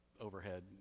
overhead